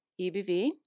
EBV